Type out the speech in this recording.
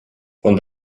von